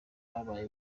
babaye